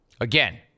Again